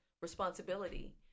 responsibility